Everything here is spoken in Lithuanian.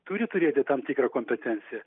turi turėti tam tikrą kompetenciją